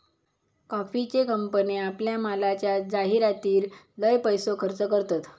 कॉफीचे कंपने आपल्या मालाच्या जाहीरातीर लय पैसो खर्च करतत